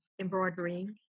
embroidering